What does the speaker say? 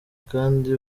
kandi